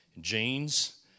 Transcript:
jeans